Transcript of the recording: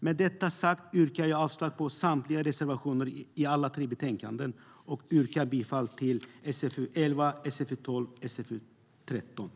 Med detta sagt yrkar jag avslag på samtliga reservationer i alla tre betänkanden, och jag yrkar bifall till förslagen i SfU11, SfU12 och SfU13.